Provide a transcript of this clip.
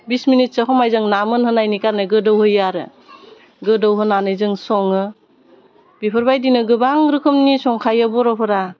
बिस मिनिटसो सम जों ना मोनहोनायनि गोदौहोयो आरो गोदौहोनानै जों सङो बिफोरबायदिनो गोबां रोखोमनि संखायो बर'फोरा